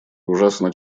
ужасно